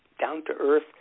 down-to-earth